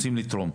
רוצים לתרום.